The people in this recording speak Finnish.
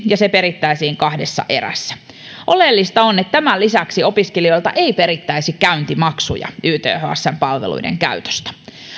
ja se perittäisiin kahdessa erässä oleellista on että tämän lisäksi opiskelijoilta ei perittäisi käyntimaksuja ythsn palveluiden käytöstä